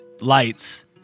lights